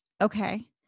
Okay